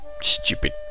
Stupid